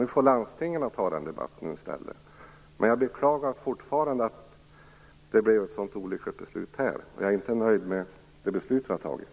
Nu får landstingen ta denna debatt i stället. Men jag beklagar fortfarande att det blev ett sådant olyckligt beslut här, och jag är inte nöjd med det beslut som vi har fattat.